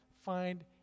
find